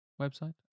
website